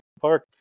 park